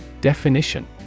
Definition